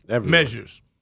measures